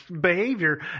behavior